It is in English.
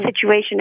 situation